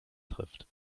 trifft